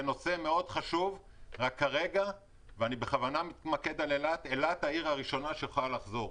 זה נושא חשוב אבל כרגע אני מתמקד באילת שהיא העיר הראשונה שיכולה לחזור.